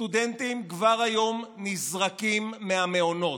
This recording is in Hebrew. סטודנטים כבר היום נזרקים מהמעונות.